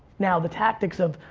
now the tactics of,